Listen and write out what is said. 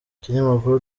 ikinyamakuru